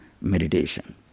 meditation